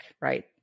right